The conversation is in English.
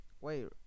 Wait